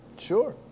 Sure